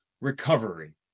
recovery